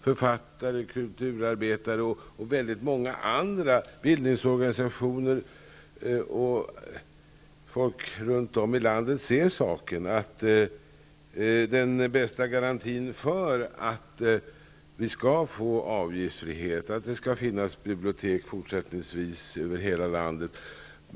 författare, kulturarbetare och väldigt många andra, bildningsorganisationer och folk runt om i landet ser saken, att en lag är den bästa garantin för att vi skall få avgiftsfrihet och att det skall finnas bibliotek fortsättningsvis över hela landet.